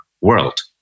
world